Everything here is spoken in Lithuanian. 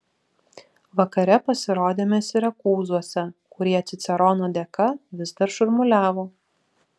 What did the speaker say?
vakare pasirodėme sirakūzuose kurie cicerono dėka vis dar šurmuliavo